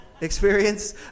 experience